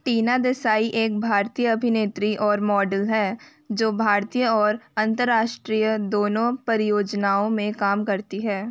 टीना देसाई एक भारतीय अभिनेत्री और मॉडल हैं जो भारतीय और अंतर्राष्ट्रीय दोनों परियोजनाओं में काम करती हैं